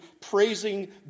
praising